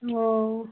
ओ